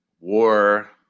War